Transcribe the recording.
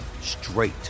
straight